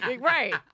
Right